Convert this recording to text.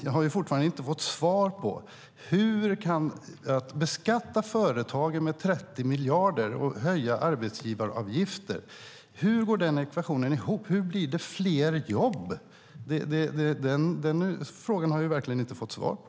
Jag har fortfarande inte fått svar på hur man kan beskatta företagen med 30 miljarder och höja arbetsgivaravgifterna och få fler jobb av det. Den frågan har jag verkligen inte fått svar på.